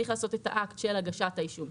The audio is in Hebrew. צריך לעשות את האקט של הגשת האישום.